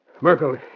Merkel